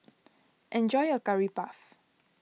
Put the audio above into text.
enjoy your Curry Puff